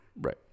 Right